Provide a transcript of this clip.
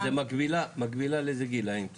אז